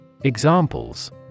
Examples